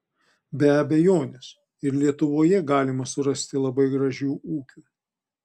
be abejonės ir lietuvoje galima surasti labai gražių ūkių